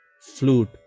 flute